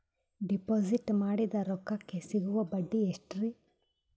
Deposit ಮಾಡಿದ ರೊಕ್ಕಕೆ ಸಿಗುವ ಬಡ್ಡಿ ಎಷ್ಟ್ರೀ?